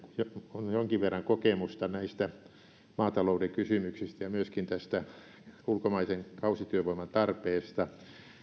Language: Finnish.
on jonkin verran kokemusta näistä maatalouden kysymyksistä ja myöskin tästä ulkomaisen kausityövoiman tarpeesta